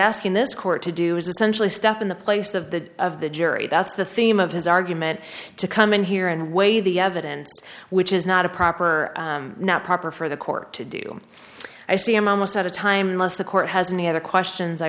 asking this court to do is essentially step in the place of the of the jury that's the theme of his argument to come in here and weigh the evidence which is not a proper or not proper for the court to do i see a moment at a time less the court has any other questions i